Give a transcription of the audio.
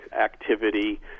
activity